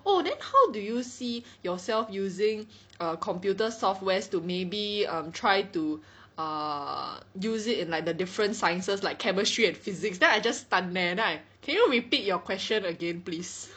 oh then how do you see yourself using err computer softwares to maybe um try to err use it in like the different sciences like chemistry and physics then I just stun meh then I can you repeat your question again please